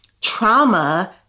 trauma